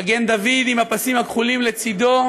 מגן-דוד עם הפסים הכחולים לצדו,